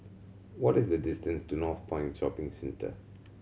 what is the distance to Northpoint Shopping Centre